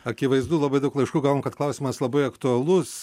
akivaizdu labai daug laiškų gavom kad klausimas labai aktualus